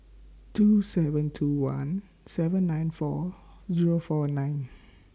two seven two one seven nine four Zero four nine